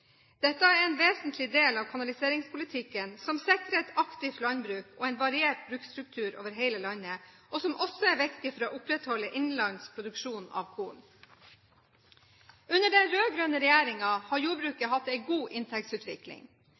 Dette er en vesentlig del av kanaliseringspolitikken som sikrer et aktivt landbruk og en variert bruksstruktur over hele landet, og som også er viktig for å opprettholde innenlands produksjon av korn. Under den rød-grønne regjeringen har jordbruket hatt en god inntektsutvikling.